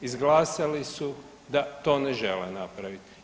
Izglasali su da to ne žele napraviti.